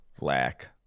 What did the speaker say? lack